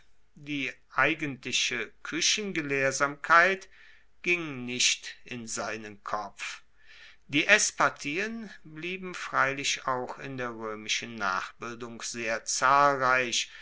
die eigentliche kuechengelehrsamkeit ging nicht in seinen kopf die esspartien blieben freilich auch in der roemischen nachbildung sehr zahlreich